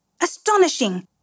Astonishing